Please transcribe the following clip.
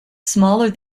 smaller